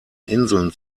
inseln